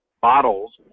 bottles